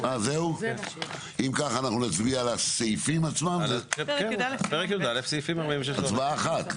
אם כך, אנחנו נצביע על הסעיפים עצמם, בהצבעה אחת.